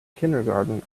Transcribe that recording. kindergarten